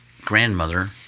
grandmother